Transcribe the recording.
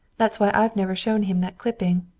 that's why i've never showed him that clipping.